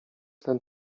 ten